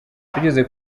tugeze